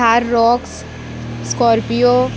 Thar rocks Scorpio